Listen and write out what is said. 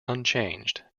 unchanged